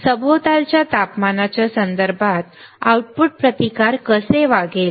सभोवतालच्या तापमानाच्या संदर्भात आउटपुट प्रतिकार कसे वागेल